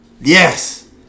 yes